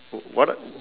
wha~ what